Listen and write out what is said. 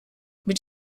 mit